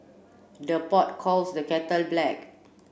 the pot calls the kettle black